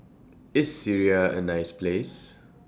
IS Syria A nice Place